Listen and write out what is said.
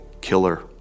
killer